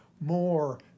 more